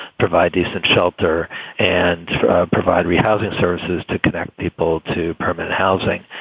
provide decent shelter and provide re-housing services to connect people to permanent housing,